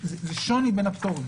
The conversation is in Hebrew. יש שוני בן הפטורים.